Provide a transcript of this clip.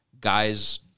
Guys